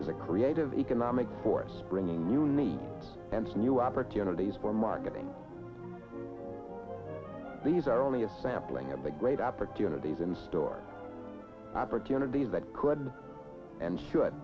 is a creative economic force bringing new knee and new opportunities for marketing these are only a sampling of the great opportunities in store opportunities that could and should